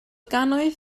gannoedd